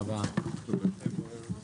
הישיבה ננעלה בשעה 13:24.